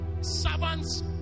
servants